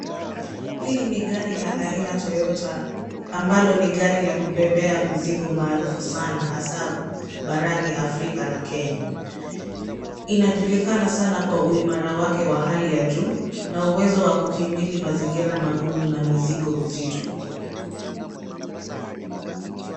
Hili ni gari la aina Toyota .Ambalo ni gari la kubebea mizigo maarufu sana hasa barani Africa na Kenya .Inajulikana sana kwa uimara wake wa hali ya juu, na uwezo wa kuhimili mazingira magumu na mizigo mizito .